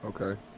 Okay